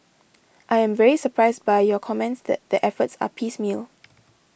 I am very surprised by your comments that the efforts are piecemeal